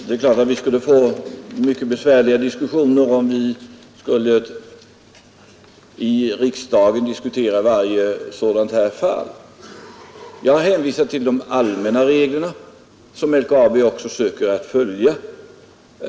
Herr talman! Vi skulle få mycket besvärliga diskussioner om vi skulle i riksdagen ta upp varje sådant här fall. Jag har därför enbart hänvisat till de allmänna regler som också LKAB söker att följa.